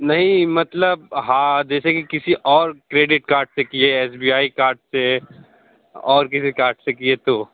नहीं मतलब हाँ जैसे कि किसी और क्रेडिट कार्ड से किए एस बी आई कार्ड से और किसी कार्ड से किए तो